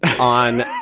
on